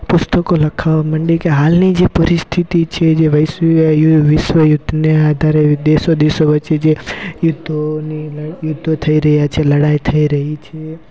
પુસ્તકો લખાવા મંડી કે હાલની જે પરિસ્થિતિ છે જે વૈશ્વ આ વિશ્વ યુદ્ધને આધારે દેશો દેશો વચ્ચે જે યુદ્ધોની લડાઈ યુદ્ધો થઈ રહ્યા છે લડાઈ થઈ રહી છે